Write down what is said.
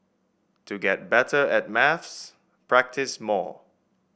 to get better at maths practise more